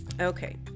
okay